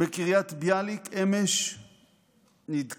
בקריית ביאליק אמש נדקר